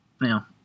Now